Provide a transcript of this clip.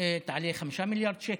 תעלה 5 מיליארד שקל.